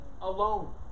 alone